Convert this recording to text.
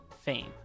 Fame